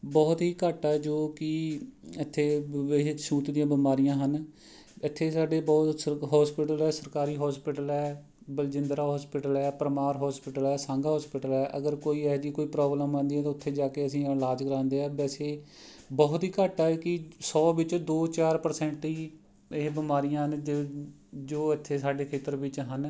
ਬਹੁਤ ਹੀ ਘੱਟ ਹੈ ਜੋ ਕਿ ਇੱਥੇ ਬ ਇਹ ਛੂਤ ਦੀਆਂ ਬਿਮਾਰੀਆਂ ਹਨ ਇੱਥੇ ਸਾਡੇ ਬਹੁ ਹੋਸਪੀਟਲ ਹੈ ਸਰਕਾਰੀ ਹੋਸਪੀਟਲ ਹੈ ਬਲਜਿੰਦਰਾਂ ਹੋਸਪੀਟਲ ਹੈ ਪਰਮਾਰ ਹੋਸਪੀਟਲ ਹੈ ਸਾਂਘਾ ਹੋਸਪੀਟਲ ਹੈ ਅਗਰ ਕੋਈ ਇਹੋ ਜਿਹੀ ਕੋਈ ਪਰੋਬਲਮ ਆਉਂਦੀ ਹੈ ਤਾਂ ਉੱਥੇ ਜਾ ਕੇ ਅਸੀਂ ਇਲਾਜ ਕਰਾਉਂਦੇ ਹਾਂ ਵੈਸੇ ਬਹੁਤ ਹੀ ਘੱਟ ਹੈ ਕਿ ਸੌ ਵਿੱਚੋ ਦੋ ਚਾਰ ਪਰਸੈਂਟ ਹੀ ਇਹ ਬਿਮਾਰੀਆਂ ਹਨ ਜੇ ਜੋ ਇੱਥੇ ਸਾਡੇ ਖੇਤਰ ਵਿੱਚ ਹਨ